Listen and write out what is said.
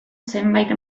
zenbait